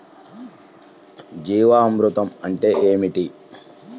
జీవామృతం అంటే ఏమిటి?